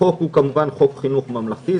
החוק הוא כמובן חוק חינוך ממלכתי.